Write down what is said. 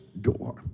door